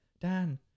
Dan